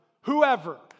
whoever